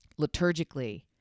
liturgically